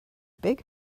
big